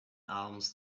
alms